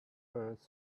earth